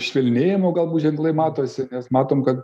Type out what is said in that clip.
švelnėjimo galbūt ženklai matosi nes matom kad